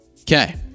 Okay